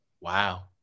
Wow